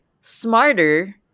smarter